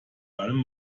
allem